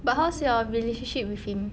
but how's your relationship with him